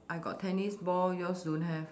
I got tennis ball yours don't have